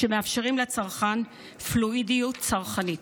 שמאפשרים לצרכן פלואידיות צרכנית.